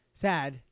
sad